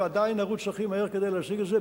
ועדיין נרוץ הכי מהר כדי להשיג את זה,